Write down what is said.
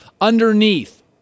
underneath